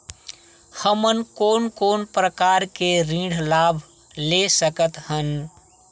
हमन कोन कोन प्रकार के ऋण लाभ ले सकत हन?